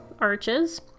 arches